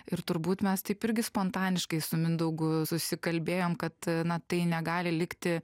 ir turbūt mes taip irgi spontaniškai su mindaugu susikalbėjom kad na tai negali likti